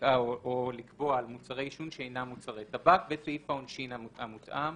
או לקבוע על מוצרי עישון שאינם מוצרי טבק וסעיף העונשין המותאם.